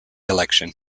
election